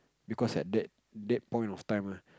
because at that that point of time right